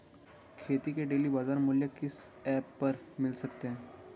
खेती के डेली बाज़ार मूल्य किस ऐप पर मिलते हैं?